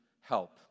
help